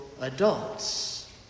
adults